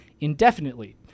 indefinitely